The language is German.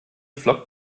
flockt